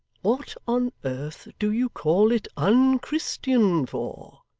what on earth do you call it unchristian for?